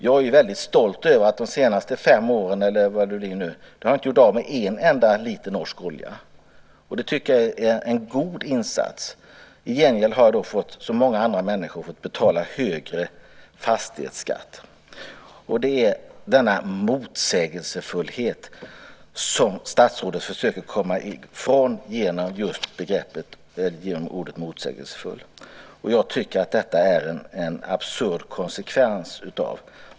Jag är väldigt stolt över att jag under de senaste fem åren inte har gjort av med en enda liter norsk olja. Det tycker jag är en god insats. I gengäld har jag - som många andra människor - fått betala högre fastighetsskatt. Det är denna motsägelsefullhet som statsrådet försöker att komma ifrån genom att använda ordet motsägelsefull. Jag tycker att detta är en absurd konsekvens.